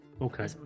okay